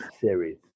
series